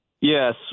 Yes